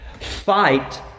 Fight